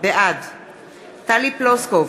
בעד טלי פלוסקוב,